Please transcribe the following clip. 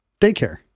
Daycare